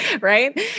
Right